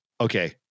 okay